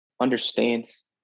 understands